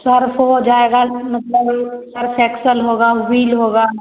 Surf हो जाएगा मतलब सर्फ एक्सेल होगा वील होगा